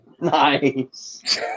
Nice